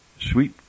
Sweet